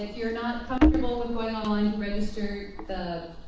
you're not comfortable with going online and registering, the